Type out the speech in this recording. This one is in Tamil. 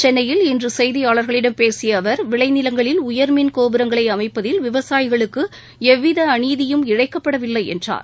சென்னையில் இன்று செய்தியாளர்களிடம் பேசிய அவர் விளைநிவங்களில உயர்மின் கோபுரங்களை அமைப்பதில் விவசாயிகளுக்கு எவ்வித அநீதியும் இழைக்கப்படவில்லை என்றார்